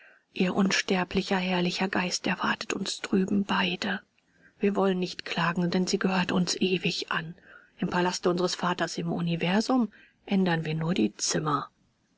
ihr unsterblicher herrlicher geist erwartet uns drüben beide wir wollen nicht klagen denn sie gehört uns ewig an im palaste unseres vaters im universum ändern wir nur die zimmer